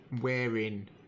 Wearing